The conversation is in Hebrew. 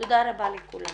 תודה רבה לכולם.